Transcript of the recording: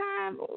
time